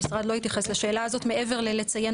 המשרד לא התייחס לשאלה הזאת מעבר לציון